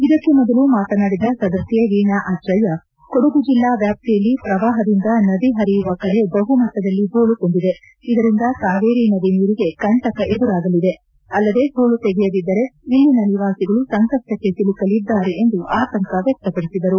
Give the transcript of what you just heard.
ಇದಕ್ಕೆ ಮೊದಲು ಮಾತನಾಡಿದ ಸದಸ್ಯೆ ಎೕಣಾ ಅಚ್ಚಯ್ಯ ಕೊಡಗು ಜಿಲ್ಲಾ ವ್ಯಾಪ್ತಿಯಲ್ಲಿ ಪ್ರವಾಹದಿಂದ ನದಿ ಹರಿಯುವ ಕಡೆ ಬಹು ಮಟ್ಟದಲ್ಲಿ ಹೂಳು ತುಂಬಿದೆ ಇದರಿಂದ ಕಾವೇರಿ ನದಿ ನೀರಿಗೆ ಕಂಟಕ ಎದುರಾಗಲಿದೆ ಅಲ್ಲದೇ ಹೂಳು ತೆಗೆಯದಿದ್ದರೆ ಇಲ್ಲಿನ ನಿವಾಸಿಗಳು ಸಂಕಷ್ಟಕ್ಕೆ ಸಿಲುಕಲಿದ್ದಾರೆ ಎಂದು ಆತಂಕ ವ್ಯಕ್ತಪಡಿಸಿದರು